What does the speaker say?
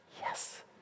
Yes